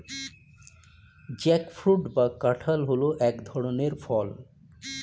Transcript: jackfruit বা কাঁঠাল হল এক ধরনের ফল